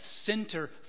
center